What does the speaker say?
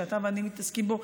שאתה ואני מתעסקים בו,